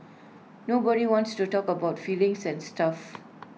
nobody wants to talk about feelings and stuff